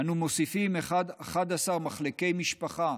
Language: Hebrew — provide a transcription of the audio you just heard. אנו מוסיפים 11 מחלקי משפחה,